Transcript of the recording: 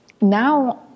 now